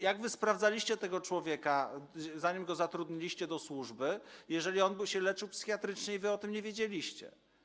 Jak wy sprawdzaliście tego człowieka, zanim go zatrudniliście do służby, jeżeli on leczył się psychiatrycznie i wy o tym nie wiedzieliście?